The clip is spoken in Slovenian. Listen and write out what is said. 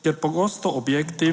kjer pogosto objekti,